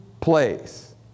place